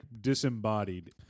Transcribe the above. disembodied